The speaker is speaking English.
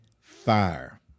fire